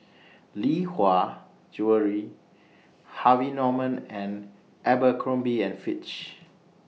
Lee Hwa Jewellery Harvey Norman and Abercrombie and Fitch